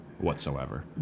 whatsoever